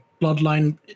bloodline